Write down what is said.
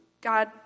God